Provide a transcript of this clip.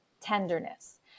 tenderness